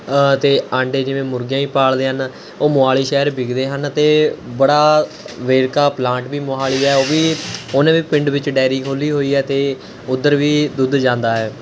ਅਤੇ ਆਂਡੇ ਜਿਵੇਂ ਮੁਰਗੀਆਂ ਵੀ ਪਾਲਦੇ ਹਨ ਉਹ ਮੋਹਾਲੀ ਸ਼ਹਿਰ ਵਿਕਦੇ ਹਨ ਅਤੇ ਬੜਾ ਵੇਰਕਾ ਪਲਾਂਟ ਵੀ ਮੋਹਾਲੀ ਹੈ ਉਹ ਵੀ ਉਹਨੇ ਵੀ ਪਿੰਡ ਵਿੱਚ ਡੈਅਰੀ ਖੋਲ੍ਹੀ ਹੋਈ ਹੈ ਅਤੇ ਉੱਧਰ ਵੀ ਦੁੱਧ ਜਾਂਦਾ ਹੈ